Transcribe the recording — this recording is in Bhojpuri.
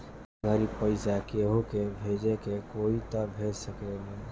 ए घड़ी पइसा केहु के भेजे के होई त भेज सकेल